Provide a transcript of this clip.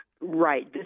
Right